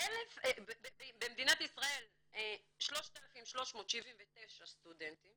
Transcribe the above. במדינת ישראל 3,379 סטודנטים